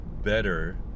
Better